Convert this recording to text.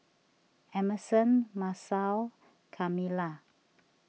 Emerson Masao and Kamilah